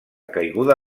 caiguda